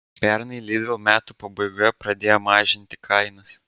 pernai lidl metų pabaigoje pradėjo mažinti kainas